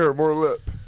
hair, more lip.